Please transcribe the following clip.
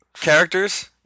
characters